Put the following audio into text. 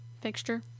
Fixture